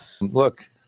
Look